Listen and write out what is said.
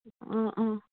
অঁ অঁ